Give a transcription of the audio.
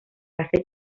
hace